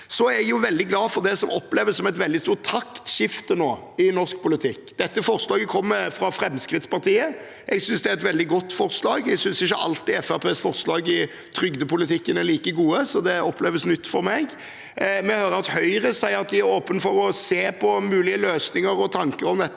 Jeg er veldig glad for det som oppleves som et veldig stort taktskifte nå i norsk politikk. Dette forslaget kommer fra Fremskrittspartiet. Jeg synes det er et veldig godt forslag. Jeg synes ikke alltid Fremskrittspartiets forslag i trygdepolitikken er like gode, så det oppleves nytt for meg. Vi hører at Høyre sier at de er åpne for å se på mulige løsninger og tanker om dette.